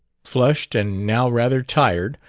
flushed and now rather tired,